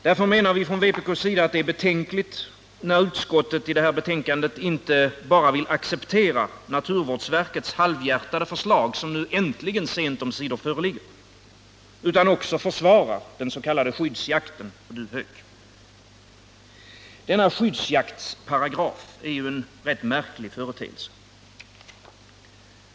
Därför menar vi från vpk:s sida att det är betänkligt när utskottet i det här betänkandet inte bara vill acceptera naturvårdsverkets halvhjärtade förslag — som nu äntligen sent omsider föreligger — utan också försvarar den s.k. skyddsjakten på duvhök. Denna skyddsjaktsparagraf är en rätt märklig företeelse.